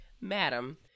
Madam